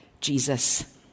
Jesus